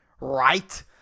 right